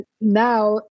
now